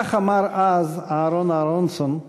כך אמר אז אהרן אהרונסון,